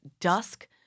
dusk